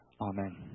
Amen